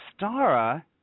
Stara